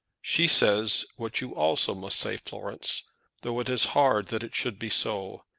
she says what you also must say, florence though it is hard that it should be so.